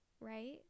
Right